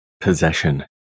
Possession